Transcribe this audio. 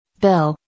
Bill